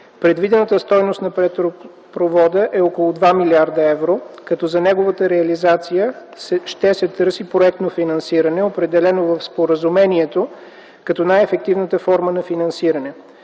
Предвидената стойност на петролопровода е около 2 млрд. евро, като за неговата реализация ще се търси „проектно финансиране”, определено в Споразумението като най-ефективната форма на финансиране.